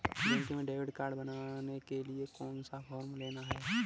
Bank में debit card बनवाने के लिए कौन सा फॉर्म लेना है?